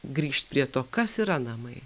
grįžt prie to kas yra namai